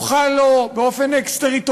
הוא חי לו באופן אקסטריטוריאלי,